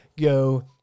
go